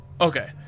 Okay